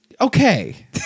Okay